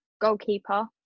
goalkeeper